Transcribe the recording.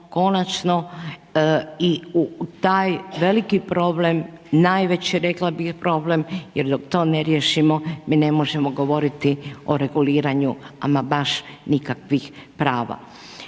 konačno i u taj veliki problem, najveći rekla bih problem jer dok to ne riješimo mi ne možemo govoriti o reguliranju amandman baš nikakvih prava.